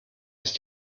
ist